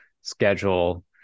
schedule